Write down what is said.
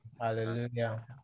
hallelujah